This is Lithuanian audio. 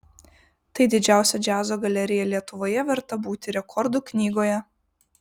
tai didžiausia džiazo galerija lietuvoje verta būti rekordų knygoje